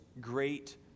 great